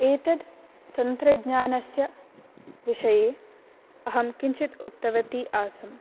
एतत् तन्त्रज्ञानस्य विषये अहं किञ्चित् उक्तवती आसम्